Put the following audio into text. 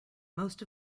most